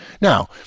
Now